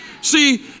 See